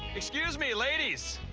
excuse me, ladies,